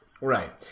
Right